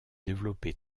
développé